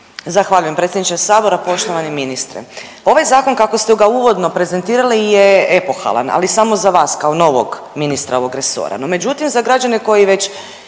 Zahvaljujem predsjedniče sabora. Poštovani ministre ovaj zakon kako ste ga uvodno prezentirali je epohalan, ali samo za vas kao novog ministra ovog resora.